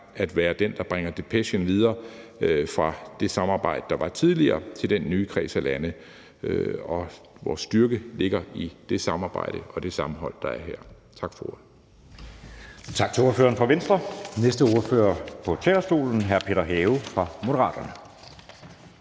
at være dem, der bringer depechen videre fra det samarbejde, der var tidligere, til den nye kreds af lande. Vores styrke ligger i det samarbejde og det sammenhold, der er her. Tak for